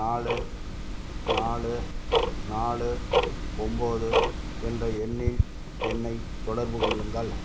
நாலு நாலு நாலு ஒம்போது என்ற எண்ணில் என்னை தொடர்பு கொள்ளுங்கள்